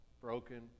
broken